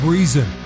Reason